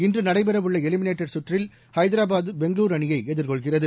இன்றுநடைபெறஉள்ளஎலிமினேட்டர் சுற்றில் ஹைதராபாத் பெங்களூர்அணியைஎதிர்கொள்கிறது